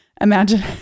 imagine